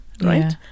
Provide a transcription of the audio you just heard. right